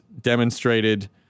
demonstrated